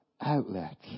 outlet